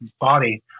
body